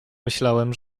myślałem